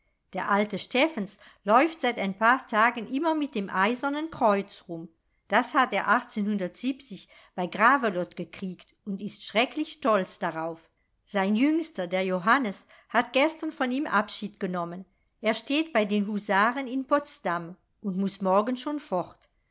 der alte steffens läuft seit ein paar tagen immer mit dem eisernen kreuz rum das hat er bei gravelotte gekriegt und ist schrecklich stolz darauf sein jüngster der johannes hat gestern von ihm abschied genommen er steht bei den husaren in potsdam und muß morgen schon fort